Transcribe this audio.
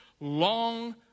long